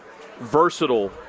versatile